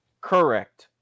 Correct